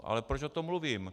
Ale proč o tom mluvím?